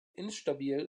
instabil